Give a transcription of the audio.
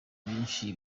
byinshi